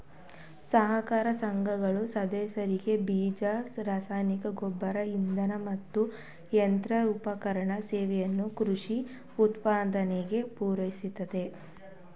ಸಹಕಾರ ಸಂಘಗಳು ಸದಸ್ಯರಿಗೆ ಬೀಜ ರಸಗೊಬ್ಬರ ಇಂಧನ ಮತ್ತು ಯಂತ್ರೋಪಕರಣ ಸೇವೆಯನ್ನು ಕೃಷಿ ಉತ್ಪಾದನೆಗೆ ಪೂರೈಸುತ್ತೆ